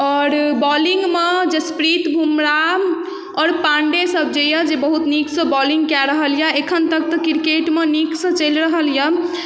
आओर बॉलिंगमे जे स्पिरिट बुमराह आओर पाण्डे सभ जे यऽ जे बहुत नीकसँ बॉलिंग कए रहल यऽ एखन तक तऽ क्रिकेटमे नीकसँ चलि रहल यऽ